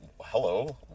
hello